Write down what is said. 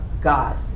God